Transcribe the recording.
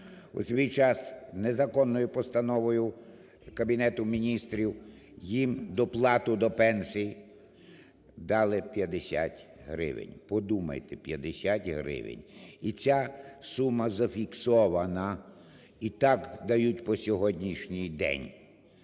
У свій час незаконною постановою Кабінету Міністрів, їм доплату до пенсій дали 50 гривень – подумайте! – 50 гривень. І ця сума зафіксована, і так дають по сьогоднішній день,